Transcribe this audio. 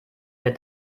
der